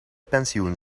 pensioen